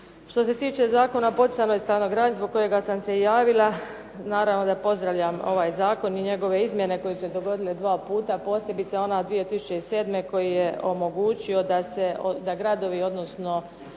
Što se tiče Zakona o poticanoj stanogradnji zbog kojega sam se javila naravno da pozdravljam ovaj zakon i njegove izmjene koje su se dogodile dva puta a posebice ona 2007. koji je omogućio da gradovi odnosno